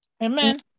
Amen